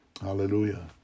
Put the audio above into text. Hallelujah